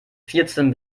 vierzehn